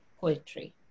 poetry